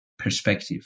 perspective